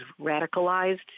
radicalized